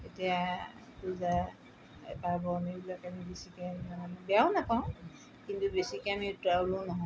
এতিয়া পূজা পাৰ্বণ এইবিলাক আমি বেছিকৈ আমি বেয়াও নাপাওঁ কিন্তু বেছিকৈ আমি উত্ৰাৱলো নহওঁ